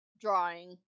drawing